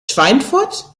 schweinfurt